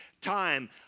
time